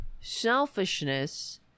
selfishness